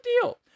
deal